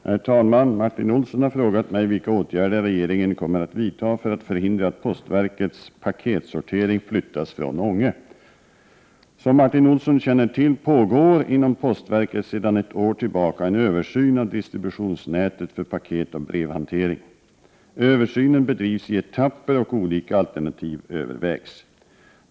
Herr talman! Martin Olsson har frågat mig vilka åtgärder regeringen kommer att vidta för att förhindra att postverkets paketsortering flyttas från Ånge. Som Martin Olsson känner till pågår det inom postverket sedan ett år tillbaka en översyn av distributionsnätet för paketoch brevhantering. Översynen bedrivs i etapper, och olika alternativ övervägs.